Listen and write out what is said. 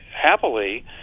happily